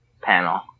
panel